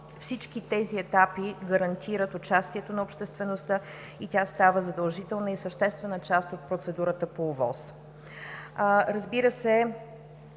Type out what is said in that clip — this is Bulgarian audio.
всички тези етапи гарантират участието на обществеността и тя става задължителна и съществена част от процедурата по ОВОС. Разбира се,